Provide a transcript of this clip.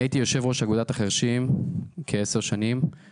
אני הייתי יושב ראש אגודת החירשים כעשר שנים,